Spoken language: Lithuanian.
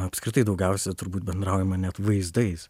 apskritai daugiausia turbūt bendraujama net vaizdais